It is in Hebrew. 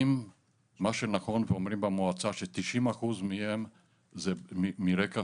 אם מה שנכון ואומרים במועצה ש-90 אחוז מהם זה מרקע